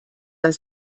dass